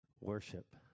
worship